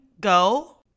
go